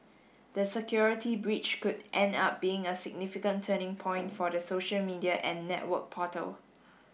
the security breach could end up being a significant turning point for the social media and network portal